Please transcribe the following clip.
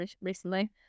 recently